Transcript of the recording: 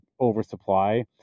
oversupply